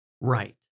right